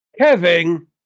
Kevin